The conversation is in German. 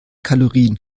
kalorien